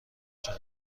چرا